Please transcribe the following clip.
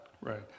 Right